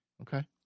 Okay